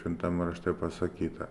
šventam rašte pasakyta